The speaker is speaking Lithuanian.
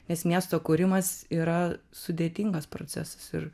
nes miesto kūrimas yra sudėtingas procesas ir